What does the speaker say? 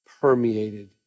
permeated